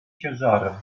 ciężarem